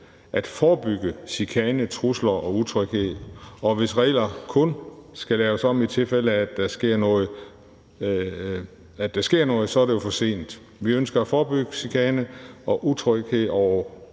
at forebygge chikane, trusler og utryghed, og hvis reglerne kun skal laves om, i tilfælde af at der sker noget, så er det jo for sent. Vi ønsker at forebygge chikane og at forebygge, at